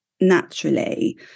naturally